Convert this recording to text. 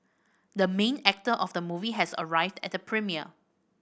the main actor of the movie has arrived at the premiere